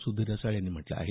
सुधीर रसाळ यांनी म्हटलं आहे